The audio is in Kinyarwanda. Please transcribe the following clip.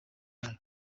yayo